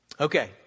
Okay